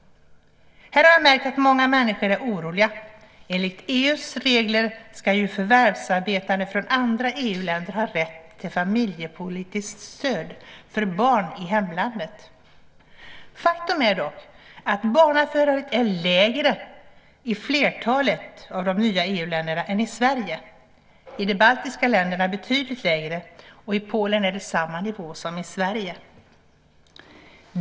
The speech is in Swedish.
Här har jag märkt att många människor är oroliga. Enligt EU:s regler ska ju förvärvsarbetande från andra EU-länder ha rätt till familjepolitiskt stöd för barn i hemlandet. Faktum är dock att barnafödandet är lägre i flertalet av de nya EU-länderna än i Sverige. I de baltiska länderna är det betydligt lägre, och i Polen är det på samma nivå som i Sverige.